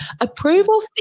Approval